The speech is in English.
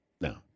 No